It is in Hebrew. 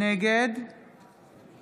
נגד